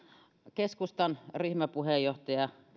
keskustan ryhmäpuheenjohtaja